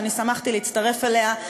שאני שמחתי להצטרף אליה,